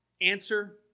answer